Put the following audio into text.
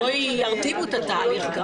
שלא --- את התהליך.